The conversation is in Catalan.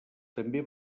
també